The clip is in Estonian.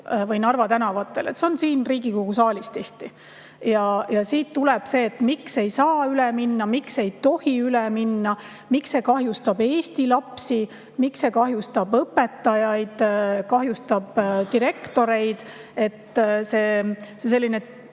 või Narva tänavatel, see on tihti siin Riigikogu saalis. Siit tuleb see, et miks ei saa üle minna, miks ei tohi üle minna, miks see kahjustab eesti lapsi, miks see kahjustab õpetajaid, kahjustab direktoreid. Diskussioon